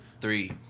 three